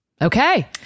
Okay